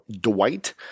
Dwight